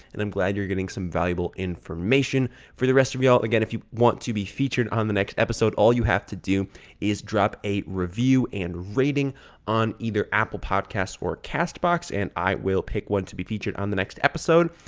and i'm glad you're getting some valuable information for the rest of y'all. again, if you want to be featured on the next episode, all you have to do is drop a review and rating on either apple podcasts or castbox and i will pick one to be featured on the next episode.